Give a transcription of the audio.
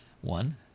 one